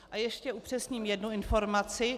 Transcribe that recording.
A ještě upřesním jednu informaci.